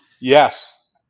Yes